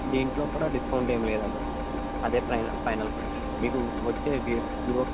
దింట్లో కూడా డిస్కౌంట్ ఏం లేదండి అదే ప్రై ఫైనల్ ప్రైస్ మీకు వచ్చేది ఇదిగో